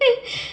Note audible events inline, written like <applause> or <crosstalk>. <noise>